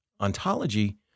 Ontology